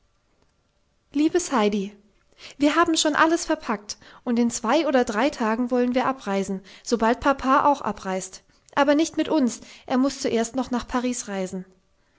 liebes heidi wir haben schon alles verpackt und in zwei oder drei tagen wollen wir abreisen sobald papa auch abreist aber nicht mit uns er muß zuerst noch nach paris reisen